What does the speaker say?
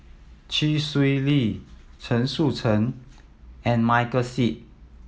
Chee Swee Lee Chen Sucheng and Michael Seet